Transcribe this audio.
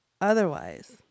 Otherwise